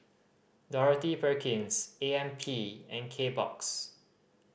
Dorothy Perkins A M P and Kbox